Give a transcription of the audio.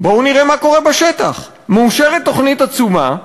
בואו ונראה מה קורה בשטח: מאושרת תוכנית עצומה,